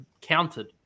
counted